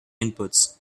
inputs